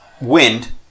wind